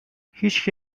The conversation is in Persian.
هیچکی